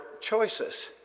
choices